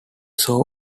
saw